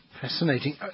Fascinating